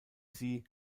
sie